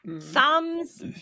Thumbs